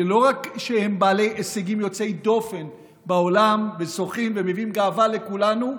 שלא רק שהם בעלי הישגים יוצאי דופן בעולם וזוכים ומביאים גאווה לכולנו,